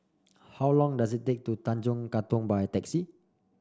how long does it take to Tanjong Katong by taxi